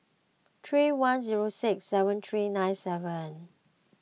three one zero six seven three nine seven